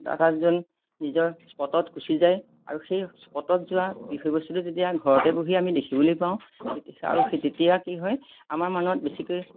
তাত নিজৰ স্পটত গুচি যায় আৰু সেই স্পটত যোৱা বিষয়বস্তুটো যেতিয়া ঘৰতে বহি আমি দেখিবলৈ পাওঁ তেতিয়া আৰু তেতিয়া কি হয় আমাৰ মনত বেছিকৈ